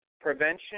prevention